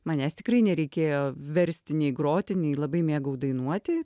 manęs tikrai nereikėjo versti nei groti nei labai mėgau dainuoti